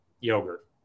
yogurt